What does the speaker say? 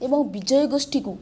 ଏବଂ ବିଜୟ ଗୋଷ୍ଠୀକୁ